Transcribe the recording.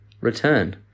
return